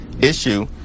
issue